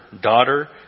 Daughter